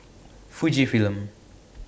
Fujifilm